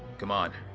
come on.